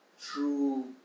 true